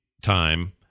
time